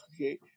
Okay